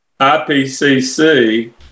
IPCC